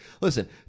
Listen